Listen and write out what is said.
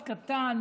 מאוד קטן,